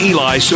Eli